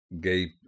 gay